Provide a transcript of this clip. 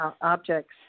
objects